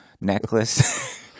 necklace